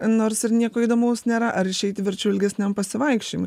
nors ir nieko įdomaus nėra ar išeiti verčiau ilgesniam pasivaikščiojimui